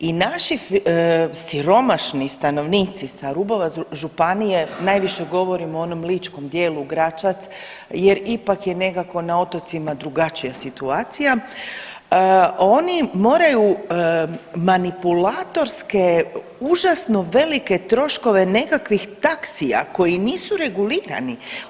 I naši siromašni stanovnici sa rubova županije najviše govorim o onom ličkom dijelu Gračac, jer ipak je nekako na otocima drugačija situacija, oni moraju manipulatorske užasno velike troškove nekakvih taksija koji nisu regulirani.